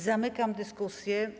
Zamykam dyskusję.